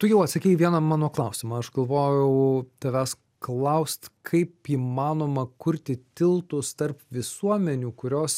tu jau atsakei į vieną mano klausimą aš galvojau tavęs klaust kaip įmanoma kurti tiltus tarp visuomenių kurios